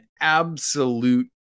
absolute